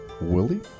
Willie